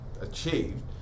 achieved